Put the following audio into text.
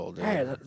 Hey